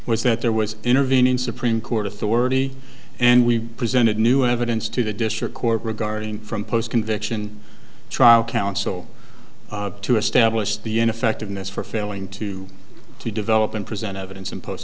was that there was intervene in supreme court authority and we presented new evidence to the district court regarding from post conviction trial counsel to establish the ineffectiveness for failing to develop and present evidence in pos